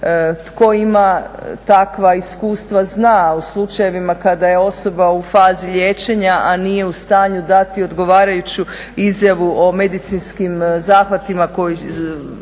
Tko ima takva iskustva zna u slučajevima kada je osoba u fazi liječenja, a nije u stanju dati odgovarajuću izjavu o medicinskim zahvatima koji